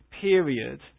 period